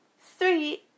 Three